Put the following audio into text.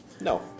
No